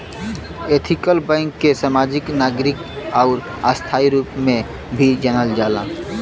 ethical bank के समाजिक, नागरिक आउर स्थायी रूप में भी जानल जाला